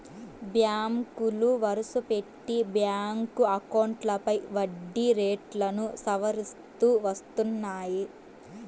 బ్యాంకులు వరుసపెట్టి బ్యాంక్ అకౌంట్లపై వడ్డీ రేట్లను సవరిస్తూ వస్తున్నాయి